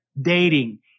dating